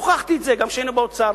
והוכחתי את זה גם כשהיינו באוצר,